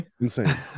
insane